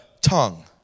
tongue